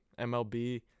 MLB